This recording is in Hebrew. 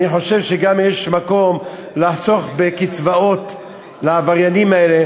אני חושב שיש מקום לחסוך בקצבאות לעבריינים האלה